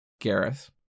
Gareth